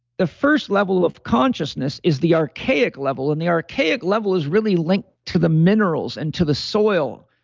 the first level of consciousness is the archaic level and the archaic level is really linked to the minerals and to the soil.